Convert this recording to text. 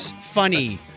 funny